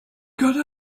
got